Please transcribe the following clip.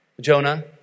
Jonah